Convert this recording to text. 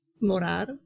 Morar